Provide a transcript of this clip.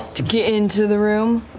to get into the room.